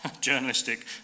journalistic